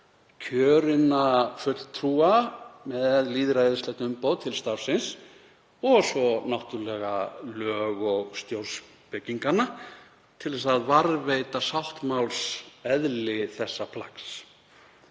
kjörinna fulltrúa með lýðræðislegt umboð til starfsins og svo náttúrlega lög- og stjórnspekinganna, til að varðveita sáttmálseðli þessa plaggs.